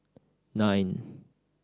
nine